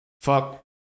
fuck